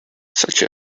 such